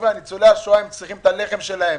ניצולי השואה צריכים את הלחם שלהם.